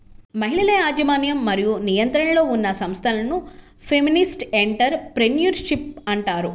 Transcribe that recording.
మహిళల యాజమాన్యం మరియు నియంత్రణలో ఉన్న సంస్థలను ఫెమినిస్ట్ ఎంటర్ ప్రెన్యూర్షిప్ అంటారు